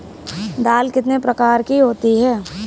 दाल कितने प्रकार की होती है?